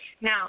Now